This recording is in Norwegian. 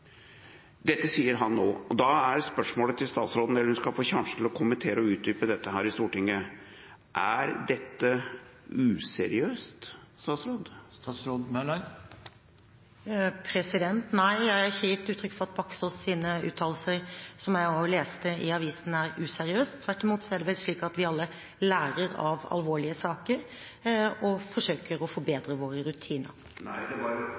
Dette sier han nå. Og da er spørsmålet til statsråden – hun skal få sjansen til å kommentere og utdype dette i Stortinget: Er dette useriøst? Nei, jeg har ikke gitt uttrykk for at Baksaas’ uttalelser, som jeg også leste i avisen, er useriøse. Tvert imot er det vel slik at vi alle lærer av alvorlige saker og forsøker å forbedre våre rutiner.